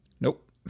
Nope